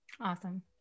Awesome